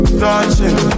touching